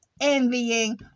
envying